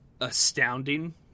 astounding